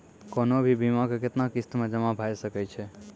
कोनो भी बीमा के कितना किस्त मे जमा भाय सके छै?